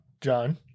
John